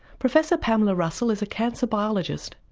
professor pamela russell is a cancer biologist.